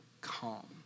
calm